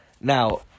Now